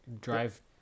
drive